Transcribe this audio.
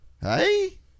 hey